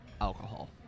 alcohol